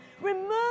Remove